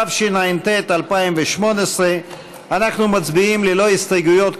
התשע"ט 2018. אנחנו מצביעים ללא הסתייגויות,